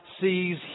sees